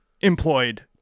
employed